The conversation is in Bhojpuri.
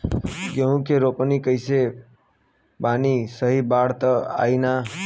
गेहूं के रोपनी कईले बानी कहीं बाढ़ त ना आई ना?